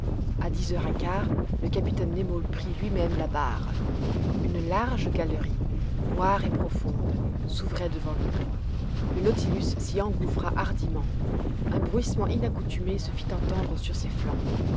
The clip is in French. a dix heures un quart le capitaine nemo prit lui-même la barre une large galerie noire et profonde s'ouvrait devant nous le nautilus s'y engouffra hardiment un bruissement inaccoutumé se fit entendre sur ses flancs